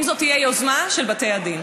אם זאת תהיה יוזמה של בתי הדין.